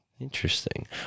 Interesting